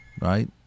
right